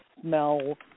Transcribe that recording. smell